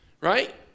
right